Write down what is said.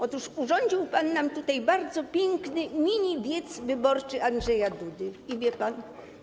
Otóż urządził pan nam tutaj bardzo piękny miniwiec wyborczy Andrzeja Dudy i wie pan co?